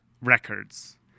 records